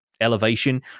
elevation